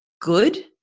good